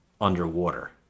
underwater